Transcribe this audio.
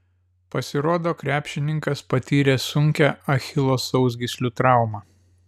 pasirodo krepšininkas patyrė sunkią achilo sausgyslių traumą